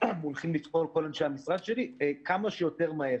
מונחים --- כל אנשי המשרד שלי, כמה שיותר מהר.